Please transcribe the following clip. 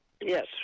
Yes